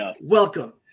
Welcome